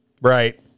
Right